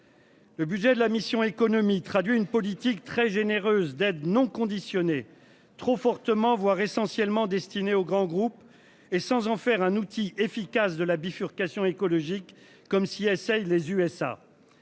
Le budget de la mission économique traduit une politique très généreuse d'aide non conditionnée trop fortement voir essentiellement destinée aux grands groupes et sans en faire un outil efficace de la bifurcation écologique comme si essaye les USA.